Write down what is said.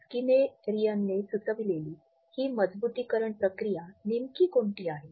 स्किननेरियनने सुचविलेली ही मजबुतीकरण प्रक्रिया नेमकी कोणती आहे